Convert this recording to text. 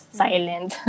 silent